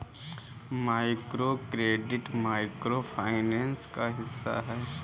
microcredit micro finance का हिस्सा है